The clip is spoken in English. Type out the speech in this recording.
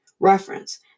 Reference